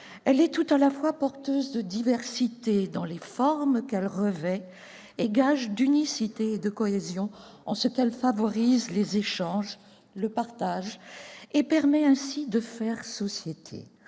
elle est tout à la fois porteuse de diversité dans les formes qu'elle revêt et gage d'unicité et de cohésion en ce qu'elle favorise les échanges et le partage, ce qui permet de « faire société ».